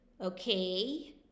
okay